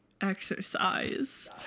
exercise